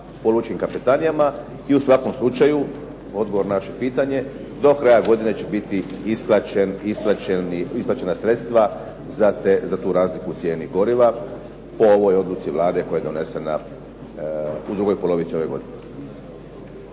i u svakom slučaju odgovor na vaše pitanje, do kraja godine će biti isplaćena sredstva za tu razliku u cijeni goriva po ovoj odluci Vlade koja je donesena u drugoj polovici ove godine.